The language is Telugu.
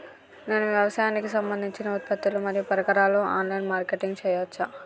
నేను వ్యవసాయానికి సంబంధించిన ఉత్పత్తులు మరియు పరికరాలు ఆన్ లైన్ మార్కెటింగ్ చేయచ్చా?